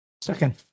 Second